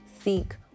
seek